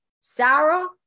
Sarah